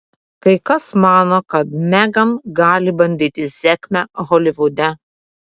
kai kas mano kad megan gali bandyti sėkmę holivude